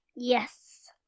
yes